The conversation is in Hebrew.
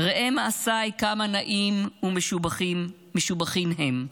'ראה מעשיי, כמה נאים ומשובחין הן,